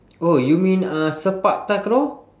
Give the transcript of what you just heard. oh you mean uh sepak takraw